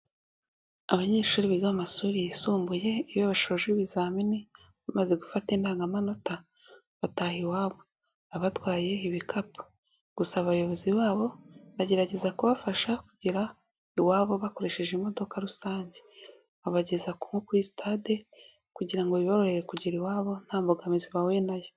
Abanyeshuri biga amashuri yisumbuye, iyo bashoje ibizamini bamaze gufata indangamanota bataha iwabo. Baba batwaye ibikapu, gusa abayobozi babo bagerageza kubafasha kugera iwabo bakoresheje imodoka rusange. Babageza nko kuri stade, kugira ngo biboroherere kugera iwabo nta mbogamizi bahuye nayo.